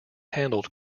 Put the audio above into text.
handled